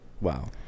Wow